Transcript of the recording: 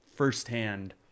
firsthand